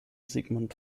sigmund